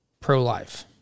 pro-life